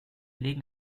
legen